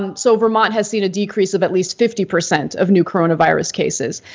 um so, vermont has seen a decrease of at least fifty percent of new coronavirus cases.